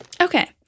Okay